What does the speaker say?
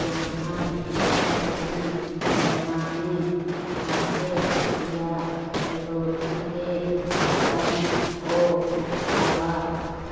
यहार सब्जी बनाए भातेर या रोटीर संगअ खाबा